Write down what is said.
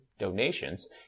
donations